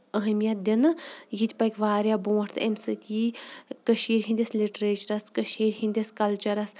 اَہمِیت دِنہٕ یہِ تہِ پَکہِ واریاہ برونٹھ تہٕ اَمہِ سۭتۍ یہِ کٔشیٖر ہِندِس لِٹریچرَس کٔشیٖر ہِندِس کَلچُرَس